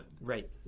right